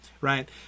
right